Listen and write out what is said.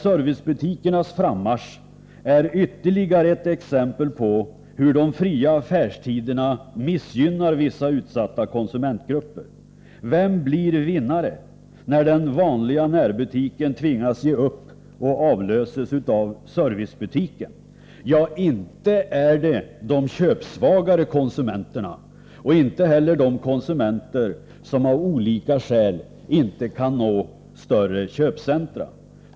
servicebutikernas frammarsch är ytterligare ett exempel på hur de fria affärstiderna missgynnar vissa utsatta konsumentgrupper. Vem blir vinnare när den vanliga närbutiken tvingas ge upp och avlöses av servicebutiken? Ja, inte är det de köpsvagare konsumenterna och inte heller de konsumenter som av olika skäl inte kan nå större köpcentra.